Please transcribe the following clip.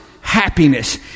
happiness